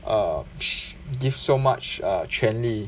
err give so much err 权力